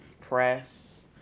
press